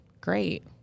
great